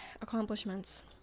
accomplishments